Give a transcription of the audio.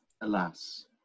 alas